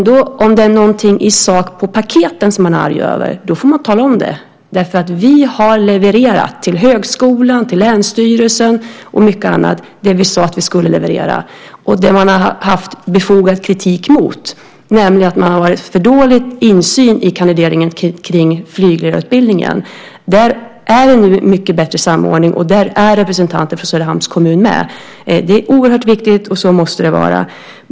Om det är någonting i sak i paketen som de är arga över får de tala om det. Vi har levererat till högskolan, till länsstyrelsen och mycket annat vi sade att vi skulle leverera. De har haft befogad kritik mot att de har haft för dålig insyn i kandideringen kring flygledarutbildningen. Där är det bättre samordning, och där är representanter från Söderhamns kommun med. Det är oerhört viktigt, och så måste det vara.